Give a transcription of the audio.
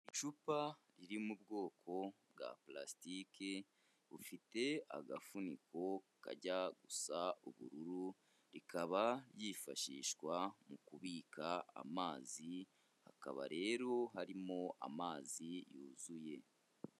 Icupa riri mu bwoko bwa purasitiki rifite agafuniko kajya gusa ubururu, rikaba ryifashishwa mu kubika amazi, hakaba rero harimo amazi yuzuye.